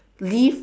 lift